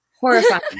Horrifying